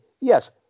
yes